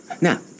Now